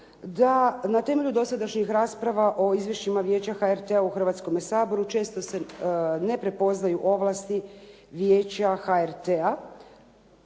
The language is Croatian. na temelju dosadašnjih rasprava o izvješćima Vijeća HRT-a u Hrvatskome saboru često se ne prepoznaju ovlasti Vijeća HRT-a."